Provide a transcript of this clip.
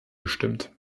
gestimmt